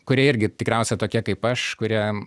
kurie irgi tikriausia tokie kaip aš kurie